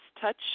touch